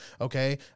okay